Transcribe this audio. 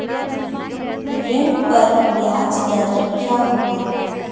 ऋण पर ब्याज दर क्या होगी?